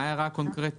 מה ההערה הקונקרטית?